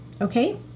Okay